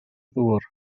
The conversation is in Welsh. ddŵr